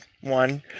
one